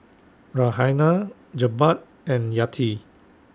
Raihana Jebat and Yati